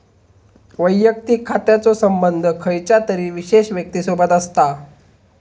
वैयक्तिक खात्याचो संबंध खयच्या तरी विशेष व्यक्तिसोबत असता